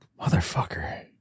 Motherfucker